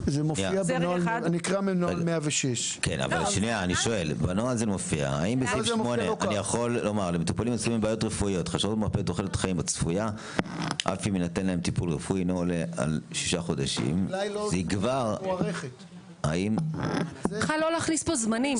זה מופיע בנוהל 106. צריך בכלל לא להכניס פה זמנים.